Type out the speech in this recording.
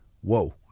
whoa